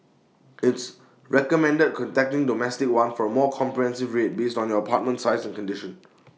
it's recommended contacting domestic one for A more comprehensive rate based on your apartment size and condition